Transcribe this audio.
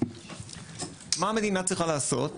מה המדינה צריכה לעשות?